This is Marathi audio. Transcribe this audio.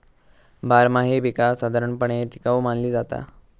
बारमाही पीका साधारणपणे टिकाऊ मानली जाता